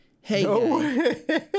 Hey